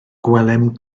gwelem